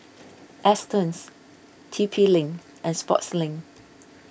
Astons T P link and Sportslink